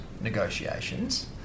negotiations